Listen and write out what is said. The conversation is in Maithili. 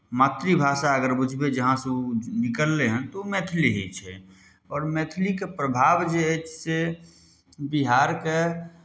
मातृ भाषा अगर बुझबै जहाँसँ ओ निकललै हन तऽ ओ मैथिली ही छै आओर मैथिलीके प्रभाव जे अछि से बिहारके